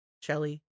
shelly